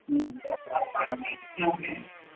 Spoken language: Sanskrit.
नास्ति